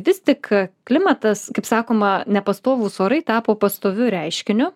vis tik klimatas kaip sakoma nepastovūs orai tapo pastoviu reiškiniu